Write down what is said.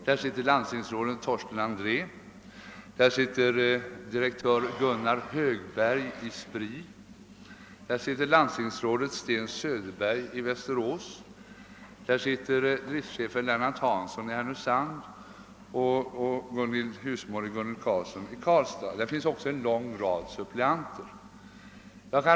Där sitter landstingsrådet Torsten André, direktör Gunnar Högberg i SPRI, landstingsrådet Sten Söderberg i Västerås, driftschefen Lennart Hansson i Härnösand och husmor Gunhild Karlsson i Karlstad jämte en lång rad suppleanter.